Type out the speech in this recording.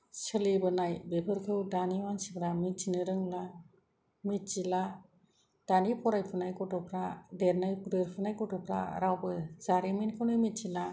सोलिबोनाय बेफोरखौ दानि मानसिफोरा मिन्थिनो रोंला मिथिला दानि फरायफुनाय गथ'फोरा देरनाय देरफुनाय गथ'फोरा रावबो जारिमिनखौनो मिथिला